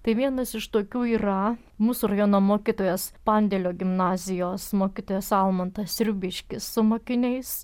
tai vienas iš tokių yra mūsų rajono mokytojas pandėlio gimnazijos mokytojas almantas sriubiškis su mokiniais